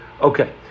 Okay